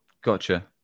gotcha